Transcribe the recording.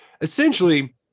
Essentially